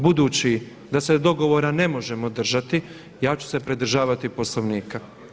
Budući da se dogovora ne možemo držati ja ću se pridržavati Poslovnika.